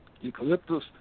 Eucalyptus